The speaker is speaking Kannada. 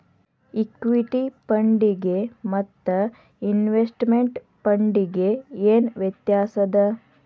ಇಕ್ವಿಟಿ ಫಂಡಿಗೆ ಮತ್ತ ಇನ್ವೆಸ್ಟ್ಮೆಟ್ ಫಂಡಿಗೆ ಏನ್ ವ್ಯತ್ಯಾಸದ?